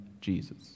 Jesus